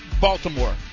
Baltimore